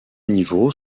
niveaux